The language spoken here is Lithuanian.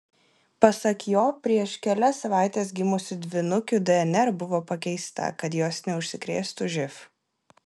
pasak jo prieš kelias savaites gimusių dvynukių dnr buvo pakeista kad jos neužsikrėstų živ